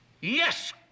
Yes